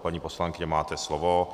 Paní poslankyně, máte slovo.